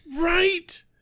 Right